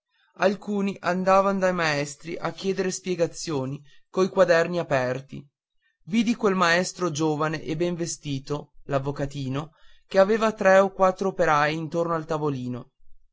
alcuni andavan dai maestri a chieder spiegazioni coi quaderni aperti vidi quel maestro giovane e ben vestito l'avvocatino che aveva tre o quattro operai intorno al tavolino